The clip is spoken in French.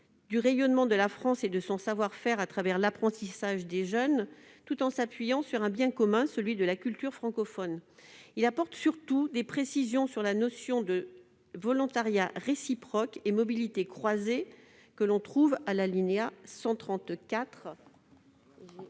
du rayonnement de la France et de son savoir-faire au travers de l'apprentissage des jeunes, tout en s'appuyant sur un bien commun, celui de la culture francophone. Cela permet surtout s'apporter des précisions sur les notions de volontariats réciproques et de mobilité croisée figurant à l'alinéa 134